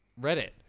Reddit